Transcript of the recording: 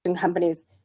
companies